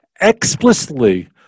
explicitly